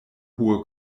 hohe